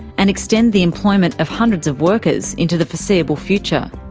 and extend the employment of hundreds of workers into the foreseeable future.